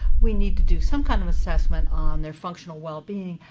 we need to do some kind of assessment on their functional well-being,